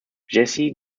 jazzy